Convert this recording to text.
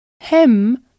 Hem